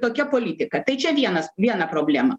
tokia politika tai čia vienas viena problema